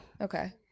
Okay